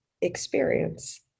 experience